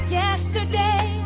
yesterday